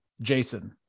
Jason